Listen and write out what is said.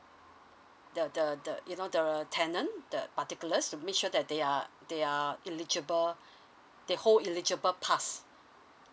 the the the you know the tenant the particulars to make sure that they are they are eligible the whole eligible pass